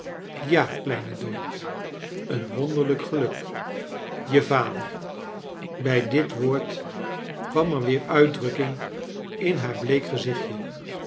kleine dorrit een wonderlijk geluk je vader bij dit woord kwam er weer uitdrukking in haar bleek gezichtje